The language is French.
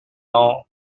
dans